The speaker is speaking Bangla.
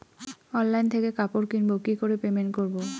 অনলাইন থেকে কাপড় কিনবো কি করে পেমেন্ট করবো?